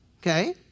Okay